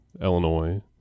Illinois